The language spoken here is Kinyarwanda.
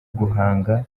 guhanga